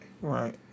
Right